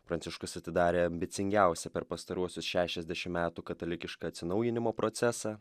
pranciškus atidarė ambicingiausią per pastaruosius šešiasdešim metų katalikišką atsinaujinimo procesą